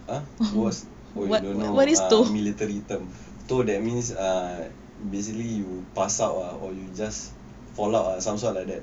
ah you don't know err military term toh that means ah basically you pass out ah or you just fall out ah some sort like that